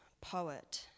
poet